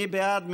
מי בעד?